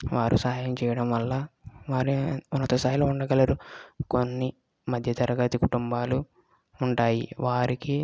వారు సహాయం చేయడం వల్ల వారు ఉన్నత స్థాయిలో ఉండగలరు కొన్ని మధ్య తరగతి కుటుంబాలు ఉంటాయి వారికి